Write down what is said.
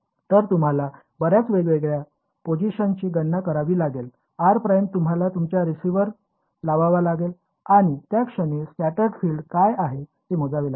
तर तुम्हाला बर्याच वेगवेगळ्या पोझिशन्सची गणना करावी लागेल r ′ तुम्हाला तुमचा रिसीव्हर लावावा लागेल आणि त्या क्षणी स्कॅटर्ड फिल्ड काय आहे ते मोजावे लागेल